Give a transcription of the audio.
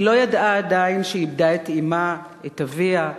היא לא ידעה עדיין שאיבדה את אמה, את אביה,